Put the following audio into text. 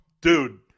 dude